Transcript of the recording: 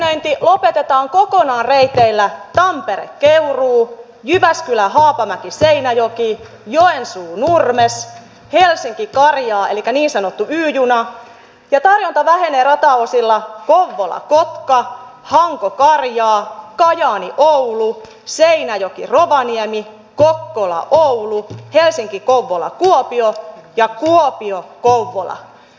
liikennöinti lopetetaan kokonaan reiteillä tamperekeuruu jyväskylähaapamäkiseinäjoki joensuunurmes helsinkikarjaa elikkä niin sanottu y juna ja tarjonta vähenee rataosilla kouvolakotka hankokarjaa kajaanioulu seinäjokirovaniemi ja muina laulu jää silti kokkolaoulu helsinkikouvolakuopio ja kuopiokouvola